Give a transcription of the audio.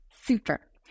Super